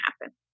happen